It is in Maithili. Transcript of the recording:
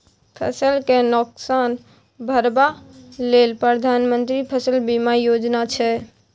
फसल केँ नोकसान भरबा लेल प्रधानमंत्री फसल बीमा योजना छै